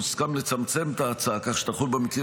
הוסכם לצמצם את ההצעה כך שתחול במקרים